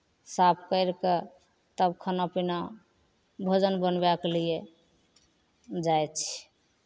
साफ करि कऽ तब खाना पीना भोजन बनबैके लिए जाइ छी